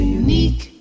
unique